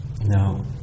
Now